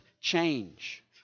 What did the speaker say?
change